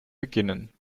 beginnen